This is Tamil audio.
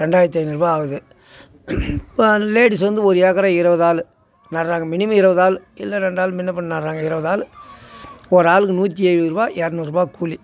ரெண்டாயிரத்து ஐந்நூறுரூவா ஆகுது லேடிஸ் வந்து ஒரு ஏக்கரை இருபது ஆள் நடுறாங்க மினிமம் இருபது ஆள் இல்லை ரெண்டு ஆள் முன்ன பின்னே நடுறாங்க இருபது ஆள் ஒரு ஆளுக்கு நூற்றி எழுவது ரூவா இரநூறுபா கூலி